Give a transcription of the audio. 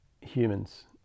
humans